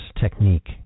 technique